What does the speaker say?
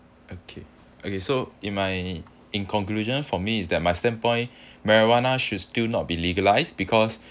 okay okay so in my in conclusion for me is that my standpoint marijuana should still not be legalised because